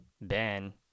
Ben